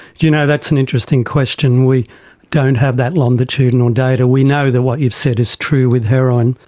you know that's an interesting question. we don't have that longitudinal data. we know that what you've said is true with heroin.